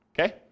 Okay